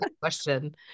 question